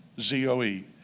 Z-O-E